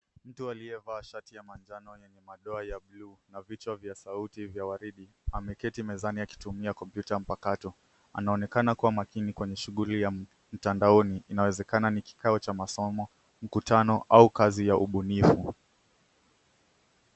Mtu aliyevaa shati ya manjano yenye madoa ya bluu na vichwa vya sauti vya waridi ameketi mezani akitumia kompyuta mpakato. Anaonekana kuwa makini kwenye shughuli ya mtandaoni. Inawezekana ni kikao cha masomo, mkutano au kazi ya ubunifu.